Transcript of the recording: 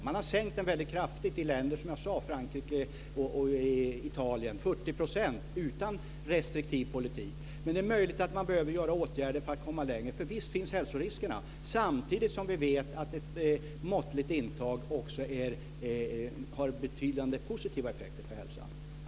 Man har sänkt den väldigt kraftigt i en del länder som jag sade, bl.a. i Frankrike och Det är möjligt att man behöver vidta åtgärder för att komma längre. Visst finns hälsoriskerna. Samtidigt vet vi att ett måttligt intag har betydande positiva effekter för hälsan.